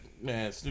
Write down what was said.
man